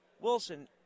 Wilson